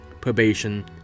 probation